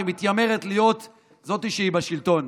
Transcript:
שמתיימרת להיות זו שבשלטון.